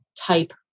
type